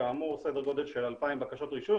כאמור סדר גודל של 2,000 בקשות רישוי.